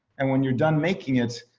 and when you're done making it,